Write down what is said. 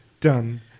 done